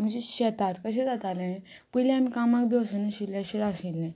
म्हणजे शेतार कशें जातालें पयलीं आमी कामाक बी वसनाशिल्ले अशें आशिल्लें